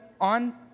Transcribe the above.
on